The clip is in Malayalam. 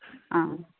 ആ